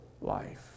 life